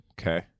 okay